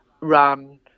run